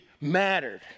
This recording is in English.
mattered